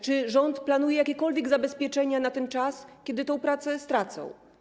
Czy rząd planuje jakiekolwiek zabezpieczenia na ten czas, kiedy tą pracę stracą?